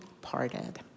parted